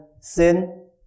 sin